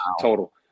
total